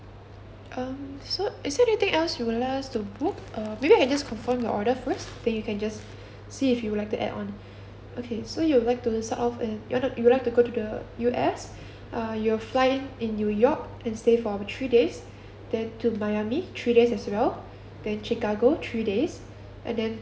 um so is there anything else you would like us to book uh maybe I can just confirm your order first then you can just see if you'd like to add on okay so you'd like to start off with you wanna you would like to go to the U_S uh you're flying in new york and stay for three days then to miami three days as well then chicago three days and then